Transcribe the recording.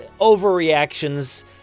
overreactions